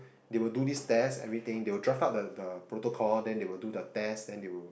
they will do this test everything they will draft out the the protocol then they will do the test then they will